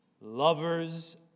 lovers